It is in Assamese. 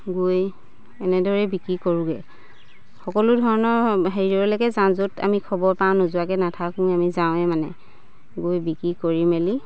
গৈ এনেদৰেই বিক্ৰী কৰোঁগে সকলো ধৰণৰ হেৰিৰেলৈকে যাওঁ য'ত আমি খবৰ পাওঁ নোযোৱাকে নাথাকোঁ আমি যাওঁৱে মানে গৈ বিক্ৰী কৰি মেলি